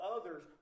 others